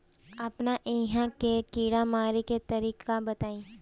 अपने एहिहा के कीड़ा मारे के तरीका बताई?